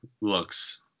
Looks